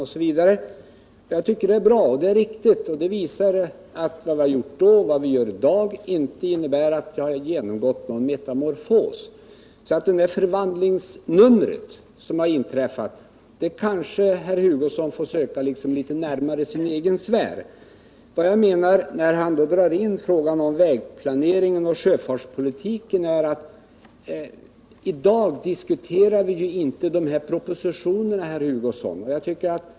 Det är riktigt och bra. Vad vi gjort tidigare och vad vi gör i dag visar att jag inte genomgått någon metamorfos. Den förvandling som inträffat kanske herr Hugosson får söka litet närmare sin egen sfär. Herr Hugosson drar in frågorna om vägplaneringen och sjöfartspolitiken. Men i dag diskuterar vi inte de propositionerna, herr Hugosson.